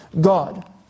God